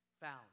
found